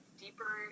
deeper